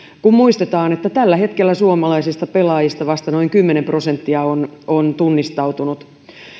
kun muistetaan että tällä hetkellä suomalaisista pelaajista vasta noin kymmenen prosenttia on on tunnistautunut